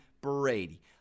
Brady